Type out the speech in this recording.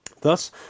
Thus